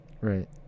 right